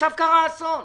עכשיו קרה אסון.